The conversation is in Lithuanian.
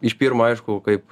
iš pirmo aišku kaip